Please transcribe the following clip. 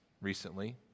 recently